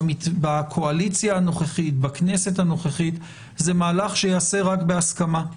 בכהונת הקואליציה הנוכחית ייעשה אך ורק בהסכמה.